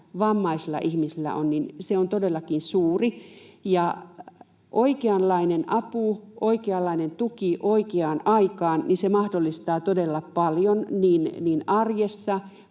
vammaisilla ihmisillä on, on todellakin suuri, ja oikeanlainen apu, oikeanlainen tuki oikeaan aikaan mahdollistaa todella paljon niin arjessa,